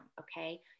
okay